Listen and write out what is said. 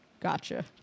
Gotcha